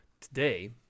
Today